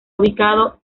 ubicado